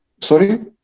Sorry